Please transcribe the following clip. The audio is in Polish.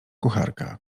kucharka